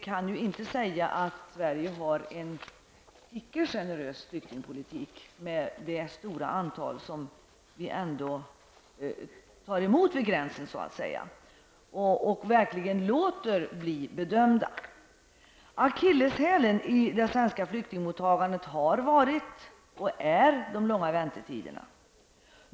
Med det stora antal asylsökande som vi ändå tar emot vid gränsen och verkligen låter få en bedömning, kan vi ju inte säga att Sverige icke har en generös flyktingpolitik. Akilleshälen i svenskt flyktingmottagande har varit -- och är -- de långa väntetiderna.